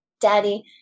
Daddy